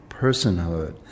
personhood